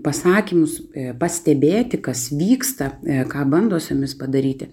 pasakymus pastebėti kas vyksta ką bando su jumis padaryti